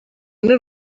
n’u